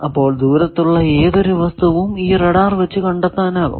അപ്പോൾ ദൂരത്തുള്ള ഏതൊരു വസ്തുവും ഈ റഡാർ വച്ച് കണ്ടെത്താനാകും